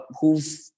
who've